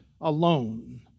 alone